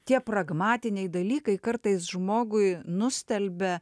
tie pragmatiniai dalykai kartais žmogui nustelbia